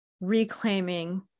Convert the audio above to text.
reclaiming